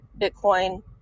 Bitcoin